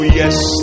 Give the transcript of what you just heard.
yes